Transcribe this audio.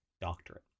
doctorate